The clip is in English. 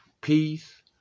peace